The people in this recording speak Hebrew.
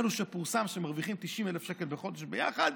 אלה שפורסם שמרוויחים 90,000 שקל בחודש ביחד,